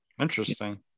interesting